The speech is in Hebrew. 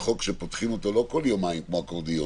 לא חוק שפותחים אותו כל יומיים כמו אקורדיון,